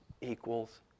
equals